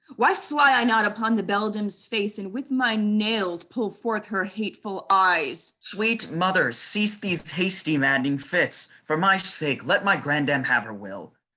why fly i not upon the beldame's face, and with my nails pull forth her hateful eyes. sweet mother, cease these hasty madding fits for my sake, let my grandam have her will.